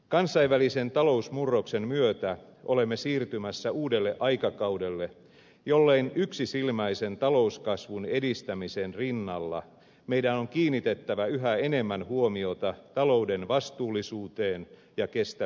kansainvälisen talousmurroksen myötä olemme siirtymässä uudelle aikakaudelle jolloin yksisilmäisen talouskasvun edistämisen rinnalla meidän on kiinnitettävä yhä enemmän huomiota talouden vastuullisuuteen ja kestävyyteen